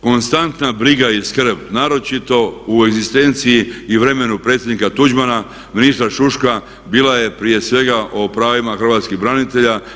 Konstantna briga i skrb, naročito u egzistenciji i vremenu predsjednika Tuđmana, ministra Šuška bila je prije svega o pravima hrvatskih branitelja.